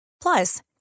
Plus